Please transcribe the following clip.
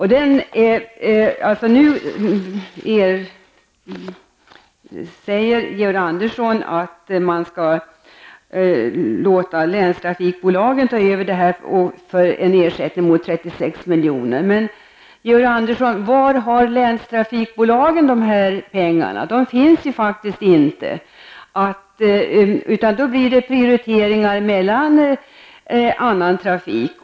Georg Andersson säger att man skall låta länstrafikbolagen ta över den trafiken mot en ersättning av 36 milj.kr. Men, Georg Andersson, dessa pengar finns ju faktiskt inte, utan det måste bli en prioritering som går ut över annan trafik.